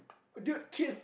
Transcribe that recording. dude Keith